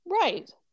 Right